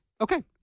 Okay